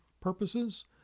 purposes